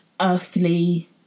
earthly